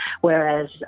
whereas